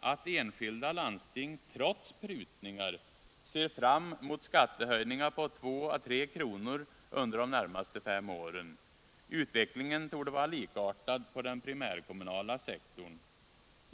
att enskilda landsting, trots prutningar, ser fram mot skattehöjningar på 2 å 3 kr. under de närmaste fem åren. Utvecklingen torde vara likartad på den primärkommunala sektorn.